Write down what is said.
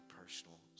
personal